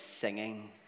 singing